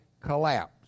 collapse